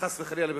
חס וחלילה,